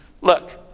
Look